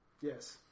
Yes